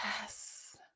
Yes